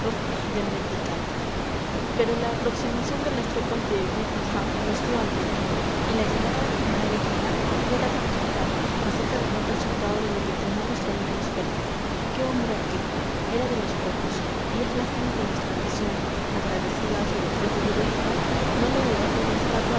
pero la aproximación de las tropas de wittingham nos dio aliento y la llegada del general eguía completa tranquilidad acerca del buen resultado de lo que entre manos traían los persas qué hombre aquel era de los pocos y es lástima que nuestra nación agradecida a su destreza y heroísmo no le elevase una estatua